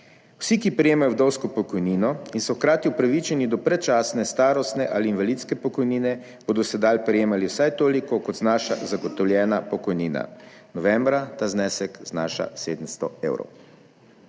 Vsi, ki prejemajo vdovsko pokojnino in so hkrati upravičeni do predčasne starostne ali invalidske pokojnine, bodo sedaj prejemali vsaj toliko, kot znaša zagotovljena pokojnina. Novembra ta znesek znaša 700 evrov.